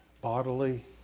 bodily